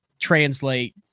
Translate